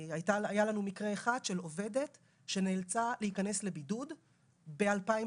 היה לנו מקרה של עובדת שנאלצה להיכנס לבידוד ב-2020,